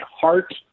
heart